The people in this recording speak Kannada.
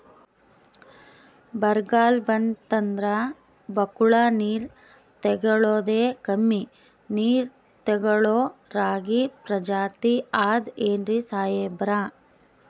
ಬರ್ಗಾಲ್ ಬಂತಂದ್ರ ಬಕ್ಕುಳ ನೀರ್ ತೆಗಳೋದೆ, ಕಮ್ಮಿ ನೀರ್ ತೆಗಳೋ ರಾಗಿ ಪ್ರಜಾತಿ ಆದ್ ಏನ್ರಿ ಸಾಹೇಬ್ರ?